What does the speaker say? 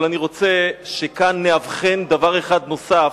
אבל אני רוצה שכאן נאבחן דבר אחד נוסף,